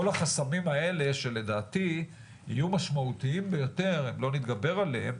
כל החסמים האלה שלדעתי יהיו משמעותיים ביותר אם לא נתגבר עליהם,